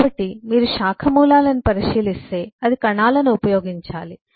కాబట్టి మీరు శాఖ మూలాలను పరిశీలిస్తే అది కణాలను ఉపయోగించాలి